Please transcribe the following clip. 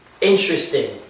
interesting